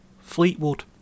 Fleetwood